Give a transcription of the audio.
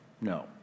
No